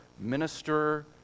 minister